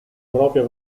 propria